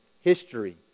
history